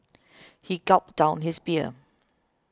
he gulped down his beer